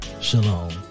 Shalom